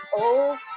old